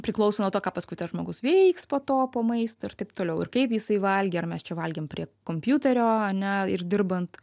priklauso nuo to ką paskui tas žmogus veiks po to po maisto ir taip toliau ir kaip jisai valgė ar mes čia valgėm prie kompiuterio ane ir dirbant